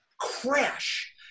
crash